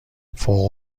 فوق